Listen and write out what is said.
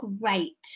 great